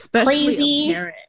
crazy